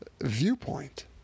viewpoint